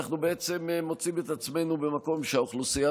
אנחנו מוצאים את עצמנו במקום שבו האוכלוסייה